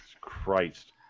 Christ